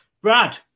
Brad